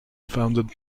founded